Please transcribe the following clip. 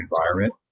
environment